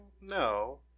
No